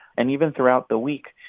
and even throughout the week,